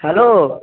hello